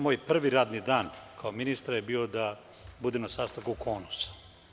Moj prvi radni dan kao ministra je bio da budem na sastanku KONUSA.